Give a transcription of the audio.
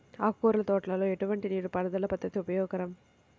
ఆకుకూరల తోటలలో ఎటువంటి నీటిపారుదల పద్దతి ఉపయోగకరం?